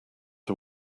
are